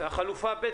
החלופה ב',